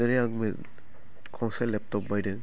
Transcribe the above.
जेरै आं गंसे लेपटप बायदों